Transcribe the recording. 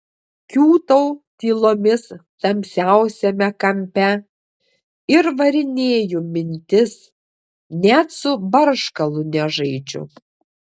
kiūtau tylomis tamsiausiame kampe ir varinėju mintis net su barškalu nežaidžiu